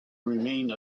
remain